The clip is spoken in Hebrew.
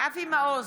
אבי מעוז,